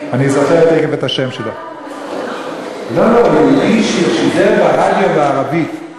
החרדי", יהודי ששידר ברדיו בערבית,